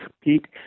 Pete